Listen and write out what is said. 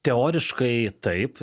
teoriškai taip